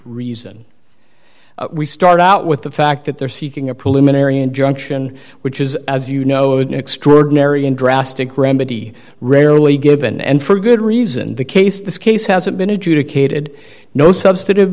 reason we start out with the fact that they're seeking a preliminary injunction which is as you know an extraordinary and drastic remedy rarely given and for good reason the case this case hasn't been adjudicated no substantive